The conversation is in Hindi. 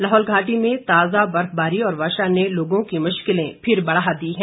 लाहौल घाटी में ताज़ा बर्फबारी और वर्षा ने लोगों की मुश्किलें फिर बढ़ा दी हैं